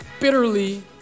Bitterly